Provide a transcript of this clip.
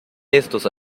estos